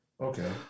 Okay